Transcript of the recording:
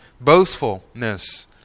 boastfulness